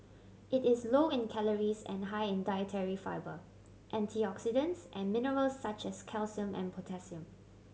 it is low in calories and high in dietary fibre antioxidants and mineral such as calcium and potassium